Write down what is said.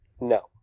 No